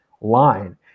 line